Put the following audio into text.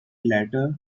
letter